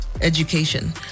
education